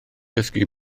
dysgu